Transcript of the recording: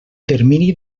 termini